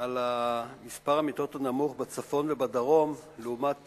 על מספר המיטות הנמוך בצפון ובדרום לעומת